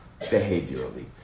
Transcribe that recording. behaviorally